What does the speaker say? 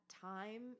time